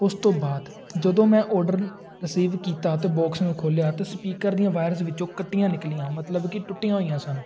ਉਸ ਤੋਂ ਬਾਅਦ ਜਦੋਂ ਮੈਂ ਔਰਡਰ ਰਸੀਵ ਕੀਤਾ ਅਤੇ ਬੋਕਸ ਨੂੰ ਖੋਲ੍ਹਿਆ ਤਾਂ ਸਪੀਕਰ ਦੀਆਂ ਵਾਈਰਸ ਵਿੱਚੋਂ ਕੱਟੀਆਂ ਨਿਕਲੀਆਂ ਮਤਲਬ ਕਿ ਟੁੱਟੀਆਂ ਹੋਈਆਂ ਸਨ